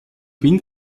wind